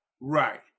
right